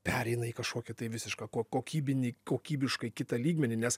pereina į kažkokią tai visišką ko kokybinį kokybiškai kitą lygmenį nes